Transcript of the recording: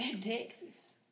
Texas